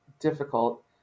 difficult